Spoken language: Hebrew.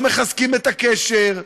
לא מחזקים את הקשר,